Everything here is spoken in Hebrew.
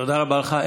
תודה רבה לך.